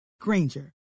Granger